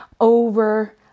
over